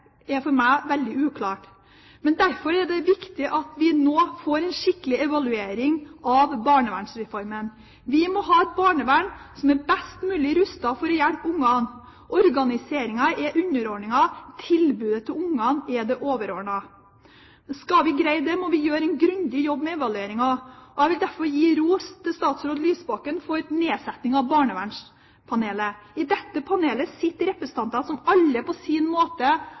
er for meg veldig uklart. Men derfor er det viktig at vi nå får en skikkelig evaluering av barnevernsreformen. Vi må ha et barnevern som er best mulig rustet for å hjelpe ungene. Organiseringen er underordnet, tilbudet til ungene er det overordnede. Skal vi greie det, må vi gjøre en grundig jobb med evalueringen. Jeg vil derfor gi ros til statsråd Lysbakken for nedsetting av barnevernspanelet. I dette panelet sitter representanter som alle på sin måte